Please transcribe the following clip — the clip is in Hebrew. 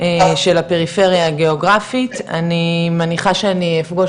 של הפריפריה הגיאוגרפית אני מניחה שאני אפגוש